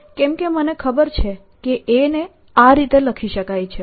કેમ કે મને ખબર છે કે A ને આ રીતે લખી શકાય છે